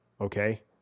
Okay